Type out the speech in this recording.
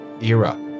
era